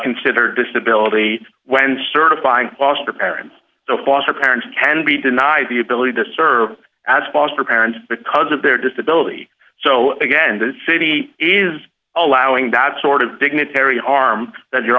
consider disability when certifying foster parents so foster parents can be denied the ability to serve as foster parents because of their disability so again the city is allowing bad sort of dignitary harm that you